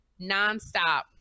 nonstop